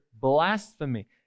blasphemy